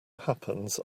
happens